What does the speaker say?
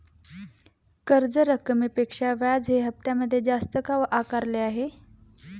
कर्ज रकमेपेक्षा व्याज हे हप्त्यामध्ये जास्त का आकारले आहे?